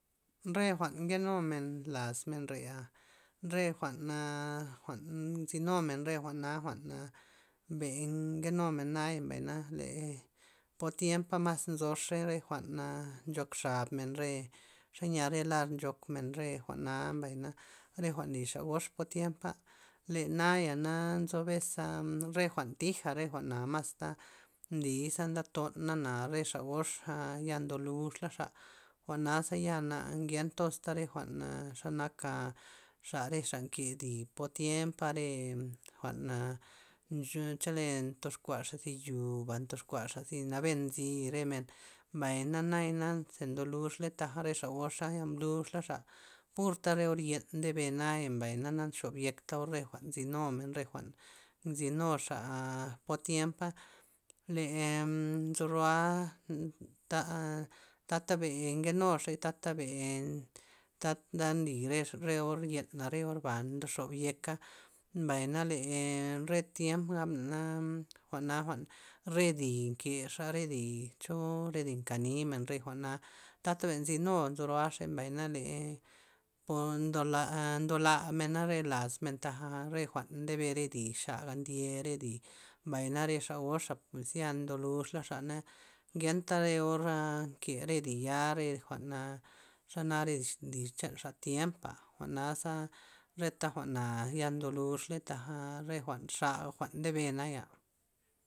Re jwa'n nkenumen las men re'a, re jwa'n aa jwa'n nzynumen re jwa'na mbe nkenumena mbay le po tiempa mas nzoxe re jwa'n nchok xabmen re xe nya re lar nchokmen re jwa'na mbay re jwa'n nly xa gox tiempa', le naya' nzo bes aa re jwa'n thija' re jwa'na masta nlii' ze nde to'nana, re xa gox ya ndo lux laxa, jwa'naza ya na nkentozta re jwa'n xe nak xa, re xa nke di' po tiempa', re jwa'n nn- nchole ndox kuaxa thi yo'ba ndox kuaxa zi naben nzi re men, mbay na nayana ze ndoluxla taj re xa gox nlux laxa, purta re or yen ndebe naya mbay na'na nxob yekta or re jwa'n nzynumen re jwa'n nzynuxa po'a tiempa lee nzo ro'a ta- ta'be nkenuxey ta'taben ta nly re xa, re or yena', re orba nde xobyeka, mbayna le re tiemp gab'na na jwa'na jwa'n re di' nkexa re di' cho re di' nkanimen re jwa'na ta'ta ben nzynu ben nzo ro'axey mbay na le pol ndola' mena re laz men ta re jwa'n ndebe re dixala ndy re di' mbay na re xa gox ze ndolux la'xana ngenta re or re ke re di' ya're jwa'n xanak re ndi'n chan xa tiempa, jwa'naza reta jwa'na ya ndoluxley taja re jwa'n xa jwa'n ndebe naya'.